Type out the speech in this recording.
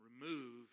Remove